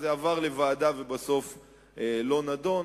אם לא, זה עבר לוועדה ובסוף לא נדון.